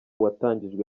watangijwe